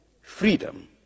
freedom